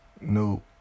Nope